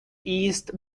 east